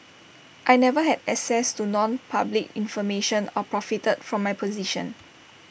I never had access to nonpublic information or profited from my position